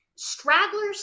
stragglers